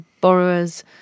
borrowers